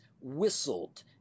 whistled